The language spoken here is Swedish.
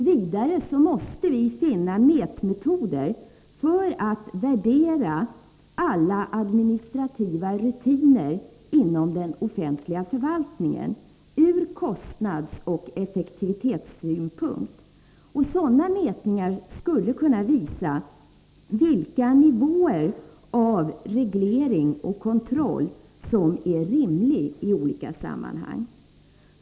Vidare måste finna mätmetoder för att värdera alla administrativa rutiner inom den offentliga förvaltningen, ur kostnadsoch effektivitetssynpunkt. Sådana mätningar skulle kunna visa vilka nivåer av reglering och kontroll som är rimliga i olika sammanhang.